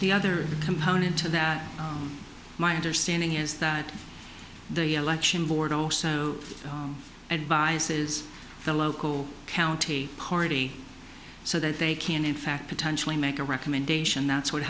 the other component to that my understanding is that the election board also advises the local county coroner so that they can in fact potentially make a recommendation that's what